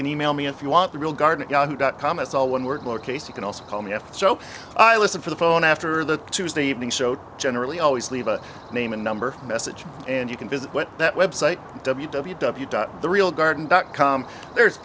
can email me if you want the real garden at yahoo dot com it's all one word lowercase you can also call me f joe i listen for the phone after the tuesday evening show generally always leave a name and number message and you can visit what that web site w w w dot the real garden dot com there's